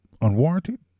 unwarranted